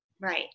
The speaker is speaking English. Right